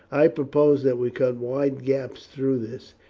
i propose that we cut wide gaps through this,